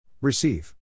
Receive